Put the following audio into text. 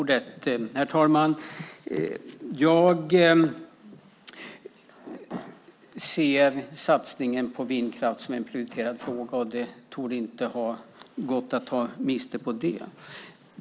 Herr talman! Jag ser satsningen på vindkraft som en prioriterad fråga. Det torde inte ha gått att ta miste på det.